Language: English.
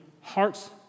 hearts